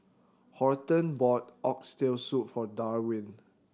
Horton bought Oxtail Soup for Darwyn